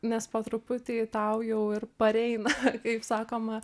nes po truputį tau jau ir pareina kaip sakoma